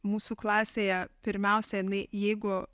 mūsų klasėje pirmiausia jinai jeigu